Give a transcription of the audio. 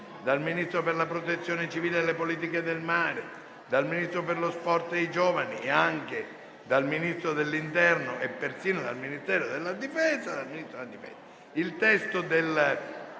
dal Ministro per la protezione civile e le politiche del mare, dal Ministro per lo sport e i giovani, dal Ministro dell'interno e dal Ministro della difesa*